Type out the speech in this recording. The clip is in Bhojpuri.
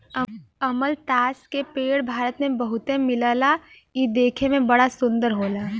अमलतास के पेड़ भारत में बहुते मिलला इ देखे में बड़ा सुंदर होला